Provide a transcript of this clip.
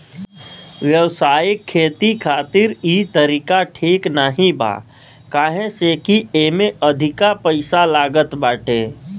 व्यावसायिक खेती खातिर इ तरीका ठीक नाही बा काहे से की एमे अधिका पईसा लागत बाटे